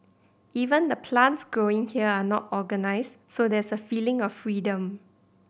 even the plants growing here are not organised so there's a feeling of freedom